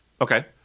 Okay